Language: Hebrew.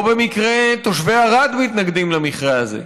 לא במקרה תושבי ערד מתנגדים למכרה הזה,